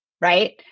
Right